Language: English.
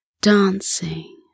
dancing